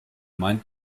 meint